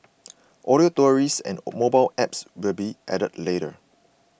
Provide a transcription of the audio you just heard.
audio tours and mobile apps will be added later